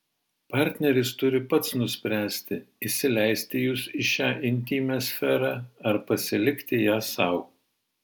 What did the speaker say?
partneris turi pats nuspręsti įsileisti jus į šią intymią sferą ar pasilikti ją sau